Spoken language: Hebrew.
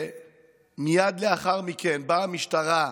ומייד לאחר מכן באה המשטרה,